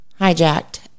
hijacked